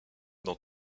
dans